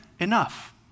enough